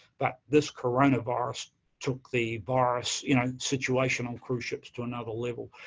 but this coronavirus took the virus, you know, situation on cruise ships to another level.